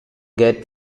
get